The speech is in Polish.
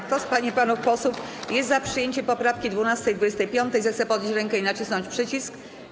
Kto z pań i panów posłów jest za przyjęciem poprawek 12. i 25., zechce podnieść rękę i nacisnąć przycisk.